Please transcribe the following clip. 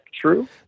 true